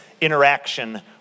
interaction